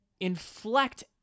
inflect